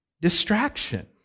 distraction